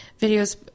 videos